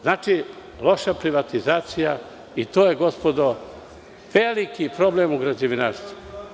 Znači, loša privatizacija i to je, gospodo, veliki problem u građevinarstvu.